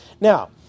Now